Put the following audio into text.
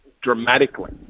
dramatically